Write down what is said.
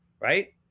right